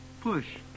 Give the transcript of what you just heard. push